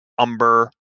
Umber